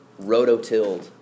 rototilled